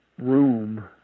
room